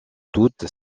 toute